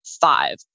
five